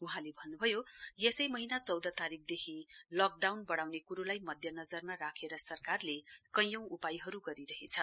वहाँले भन्नभयो यसै महीना चौध तारीकदेखि लकडाउन बढ़ाउने कुरोलाई मध्यनजरमा राखेर सरकारले कैयौं उपायहरू गरिरहेछ